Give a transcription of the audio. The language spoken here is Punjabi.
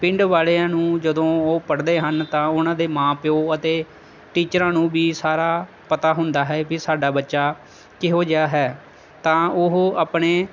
ਪਿੰਡ ਵਾਲਿਆਂ ਨੂੰ ਜਦੋਂ ਉਹ ਪੜ੍ਹਦੇ ਹਨ ਤਾਂ ਉਹਨਾਂ ਦੇ ਮਾਂ ਪਿਓ ਅਤੇ ਟੀਚਰਾਂ ਨੂੰ ਵੀ ਸਾਰਾ ਪਤਾ ਹੁੰਦਾ ਹੈ ਵੀ ਸਾਡਾ ਬੱਚਾ ਕਿਹੋ ਜਿਹਾ ਹੈ ਤਾਂ ਉਹ ਆਪਣੇ